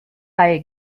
bei